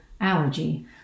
allergy